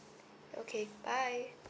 okay bye